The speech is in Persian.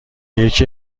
یکی